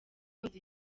house